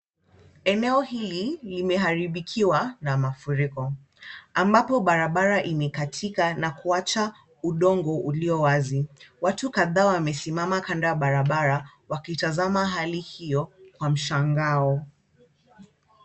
Eneo hili limeharibikiwa na mafuriko ambapo barabara imekatika na kuacha udongo ulio wazi. Watu kadhaa wamesimama kando ya barabara, wakitazama hali hiyo kwa mshangao.